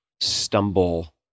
stumble